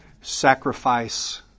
Sacrifice